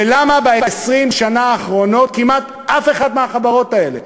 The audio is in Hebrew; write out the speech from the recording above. ולמה ב-20 השנה האחרונות כמעט אף אחת מהחברות האלה,